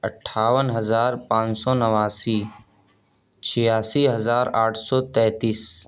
اٹھاون ہزار پان سو نواسی چھیاسی ہزار آٹھ سو تینتیس